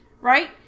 right